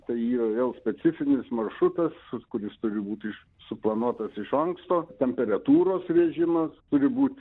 tai yra jau specifinis maršrutas su kuris turi būti iš suplanuotas iš anksto temperatūros rėžimas turi būt